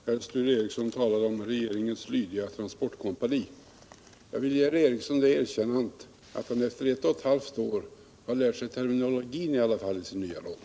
Herr talman! Jag skall bara ta upp en liten sak. Sture Ericson talade om regeringens lydiga transportkompani. Jag vill ge herr Ericson det erkännandet att han efter ett och ett halvt år i alla fall har lärt sig terminologin i sin nya roll.